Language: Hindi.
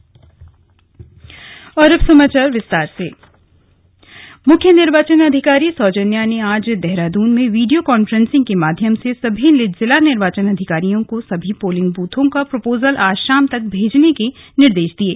स्लग मुख्य निर्वाचन अधिकारी मुख्य निर्वाचन अधिकारी सौजन्या ने आज देहरादून में वीडियो कांफ्रेसिंग के माध्यम से सभी जिला निर्वाचन अधिकारियों को सभी पोलिंग बूथों का प्रपोजल आज शाम तक भेजने के निर्देश दिये